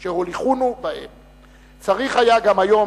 שהוליכונו בהם"; "צריך היה גם היום